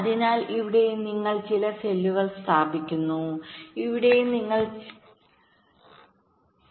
അതിനാൽ ഇവിടെയും നിങ്ങൾ ചില സെല്ലുകൾ സ്ഥാപിക്കുന്നു ഇവിടെയും നിങ്ങൾ ചില സെല്ലുകൾ സ്ഥാപിക്കുന്നു